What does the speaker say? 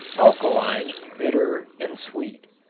alkaline, bitter and sweet.